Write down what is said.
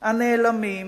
הנאלמים,